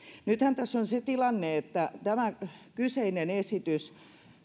nythän tässä on se tilanne että tämä kyseinen esitys